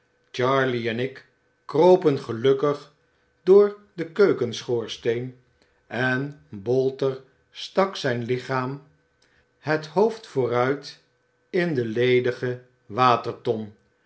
charley en ik kropen gelukkig door den keukenschoorsteen en bolter stak zijn lichaam het hoofd vooruit in de ledige waterton